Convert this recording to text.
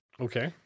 Okay